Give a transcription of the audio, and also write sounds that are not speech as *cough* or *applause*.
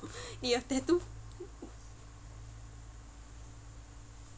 你的 tattoo *laughs*